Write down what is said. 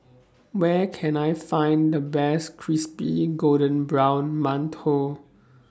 Where Can I Find The Best Crispy Golden Brown mantou